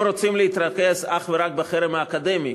אם רוצים להתרכז רק בחרם האקדמי,